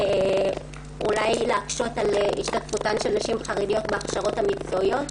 אולי להקשות על השתתפותן של נשים חרדיות בהכשרות המקצועיות,